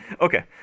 Okay